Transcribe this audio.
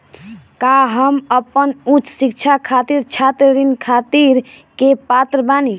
का हम अपन उच्च शिक्षा खातिर छात्र ऋण खातिर के पात्र बानी?